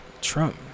Trump